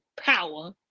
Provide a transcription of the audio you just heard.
power